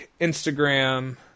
Instagram